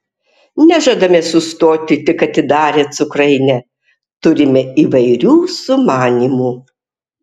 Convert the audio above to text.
nežadame sustoti tik atidarę cukrainę turime įvairių sumanymų